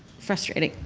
frustrating,